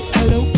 Hello